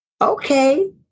okay